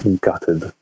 gutted